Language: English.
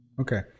okay